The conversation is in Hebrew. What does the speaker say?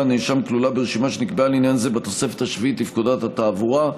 הנאשם כלולה ברשימה שנקבעה לעניין זה בתוספת השביעית לפקודת התעבורה.